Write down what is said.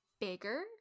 bigger